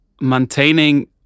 maintaining